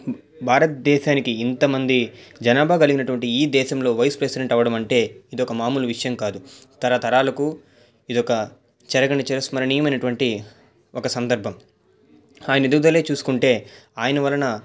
భారత్దేశానికి ఇంతమంది జనాభా కలిగినటువంటి ఈ దేశంలో వైస్ ప్రెసిడెంట్ అవడం అంటే ఇది ఒక మామూలు విషయం కాదు తరతరాలకు ఇది ఒక చెరగని చిరస్మరనీయమైనటువంటి ఒక సందర్భం ఆయన ఎదుగుదలే చూసుకుంటే ఆయన వలన